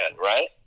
right